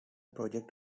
project